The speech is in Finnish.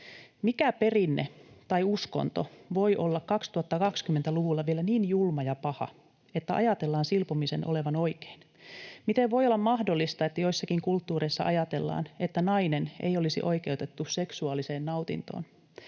Mikä perinne tai uskonto voi olla 2020-luvulla vielä niin julma ja paha, että ajatellaan silpomisen olevan oikein? Miten voi olla mahdollista, että joissakin kulttuureissa ajatellaan, että nainen ei olisi oikeutettu seksuaaliseen nautintoon?